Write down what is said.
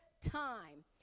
time